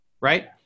right